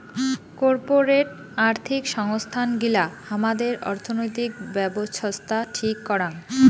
corporate আর্থিক সংস্থান গিলা হামাদের অর্থনৈতিক ব্যাবছস্থা ঠিক করাং